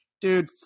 dude